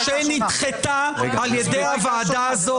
שנדחתה על ידי הוועדה הזאת.